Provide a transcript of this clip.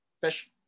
fish